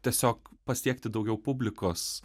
tiesiog pasiekti daugiau publikos